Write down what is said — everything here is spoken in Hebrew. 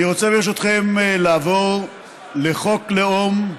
אני רוצה ברשותכם לעבור לחוק הלאום.